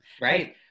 Right